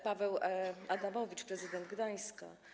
Paweł Adamowicz, prezydent Gdańska.